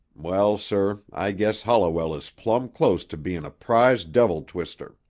well, sir, i guess holliwell is plumb close to bein' a prize devil-twister.